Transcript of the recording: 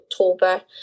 October